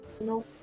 No